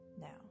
now